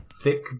thick